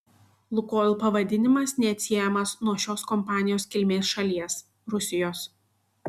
lukoil pavadinimas neatsiejamas nuo šios kompanijos kilmės šalies rusijos